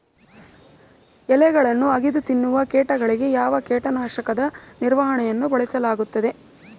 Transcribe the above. ಎಲೆಗಳನ್ನು ಅಗಿದು ತಿನ್ನುವ ಕೇಟಗಳಿಗೆ ಯಾವ ಕೇಟನಾಶಕದ ನಿರ್ವಹಣೆಯನ್ನು ಬಳಸಲಾಗುತ್ತದೆ?